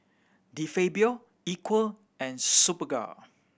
De Fabio Equal and Superga